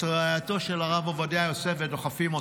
את רעייתו של הרב עובדיה יוסף, ודוחפים אותה.